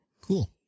Cool